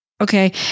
Okay